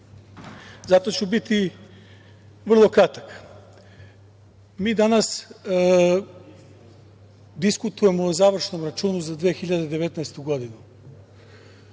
zato ću biti vrlo kratak. Mi danas diskutujemo o završnom računu za 2019. godinu,